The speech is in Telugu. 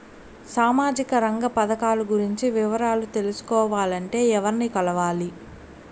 సామాజిక రంగ పథకాలు గురించి వివరాలు తెలుసుకోవాలంటే ఎవర్ని కలవాలి?